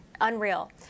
Unreal